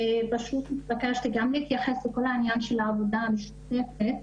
פשוט התבקשתי גם להתייחס לכל העניין של העבודה המשותפת.